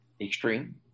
extreme